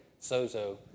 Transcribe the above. sozo